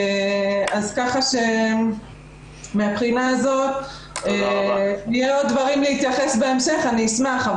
אז ככה שמהבחינה הזאת אם יהיו דברים להתייחס בהמשך אני אשמח,